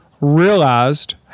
Realized